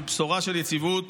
הוא בשורה של יציבות